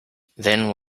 then